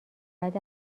بعد